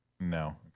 No